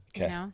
Okay